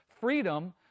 freedom